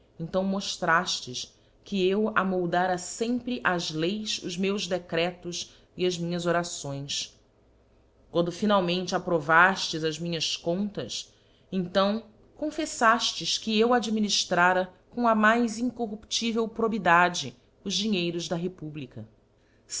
então moftraftes que eu amoldara fempre ás leis os meus decretos e as minhas orações quando finalmente aprovaftes as minhas contas então confeítaftes que eu administrava com a mais incorruptível probidade os dinheiros da republica